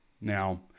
Now